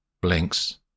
blinks